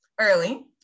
Early